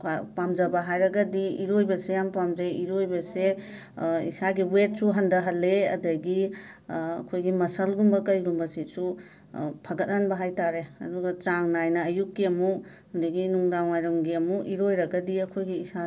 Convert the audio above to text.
ꯄꯥꯝꯖꯕ ꯍꯥꯏꯔꯒꯗꯤ ꯏꯔꯣꯏꯕꯁꯦ ꯌꯥꯝ ꯄꯥꯝꯖꯩ ꯏꯔꯣꯏꯕꯁꯦ ꯏꯁꯥꯒꯤ ꯋꯦꯠꯁꯨ ꯍꯟꯗꯍꯜꯂꯦ ꯑꯗꯒꯤ ꯑꯩꯈꯣꯏꯒꯤ ꯃꯁꯁꯜꯒꯨꯝꯕ ꯀꯩꯒꯨꯝꯕꯁꯤꯁꯨ ꯐꯒꯠꯍꯟꯕ ꯍꯥꯏꯇꯥꯔꯦ ꯑꯗꯨꯒ ꯆꯥꯡ ꯅꯥꯏꯅ ꯑꯌꯨꯛꯀꯤ ꯑꯃꯨꯛ ꯑꯗꯒꯤ ꯅꯨꯡꯗꯥꯡꯋꯥꯏꯔꯝꯒꯤ ꯑꯃꯨꯛ ꯏꯔꯣꯏꯔꯒꯗꯤ ꯑꯈꯣꯏꯒꯤ ꯏꯁꯥꯁꯦ